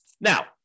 Now